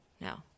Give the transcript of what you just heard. No